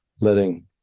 letting